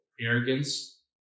arrogance